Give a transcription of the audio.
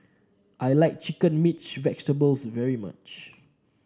I like chicken mixed vegetables very much